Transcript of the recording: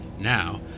now